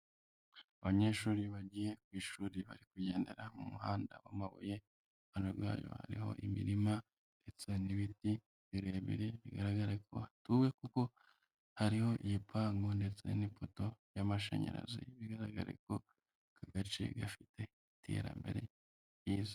Abanyeshuri bagiye ku ishuri bari kugendera mu muhanda w'amabuye, hariho imirima ndetse n'ibiti birebire bigaragara ko hatuwe kuko hariho ibipangu ndetse n'ipoto y'amashanyarazi bigaragarare ko aka gace gafite iterambere ryiza.